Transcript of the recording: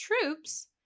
troops